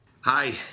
Hi